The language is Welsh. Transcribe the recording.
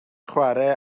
chwarae